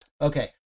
Okay